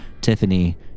tiffany